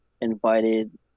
invited